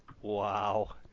wow